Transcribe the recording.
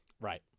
Right